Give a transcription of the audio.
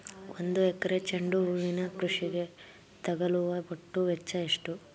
ಒಂದು ಎಕರೆ ಚೆಂಡು ಹೂವಿನ ಕೃಷಿಗೆ ತಗಲುವ ಒಟ್ಟು ವೆಚ್ಚ ಎಷ್ಟು?